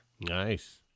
nice